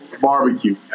barbecue